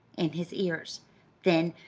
in his ears then,